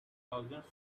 thousands